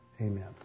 Amen